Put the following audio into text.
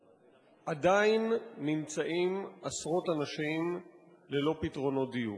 עדיין יש עשרות אנשים ללא פתרונות דיור,